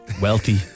Wealthy